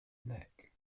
neck